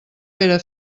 era